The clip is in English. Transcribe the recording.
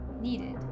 needed